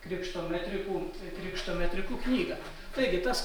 krikšto metrikų krikšto metrikų knygą taigi tas